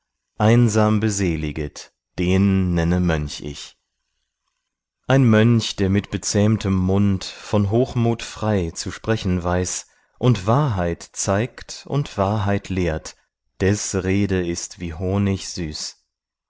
einsam beseliget den nenne mönch ich ein mönch der mit bezähmtem mund von hochmut frei zu sprechen weiß und wahrheit zeigt und wahrheit lehrt des rede ist wie honig